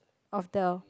of the